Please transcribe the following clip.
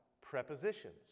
prepositions